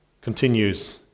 continues